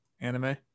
anime